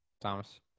Thomas